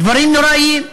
דברים נוראיים.